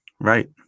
Right